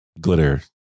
glitter